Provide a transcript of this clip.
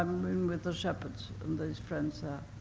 um and with the shepherds, and these friends.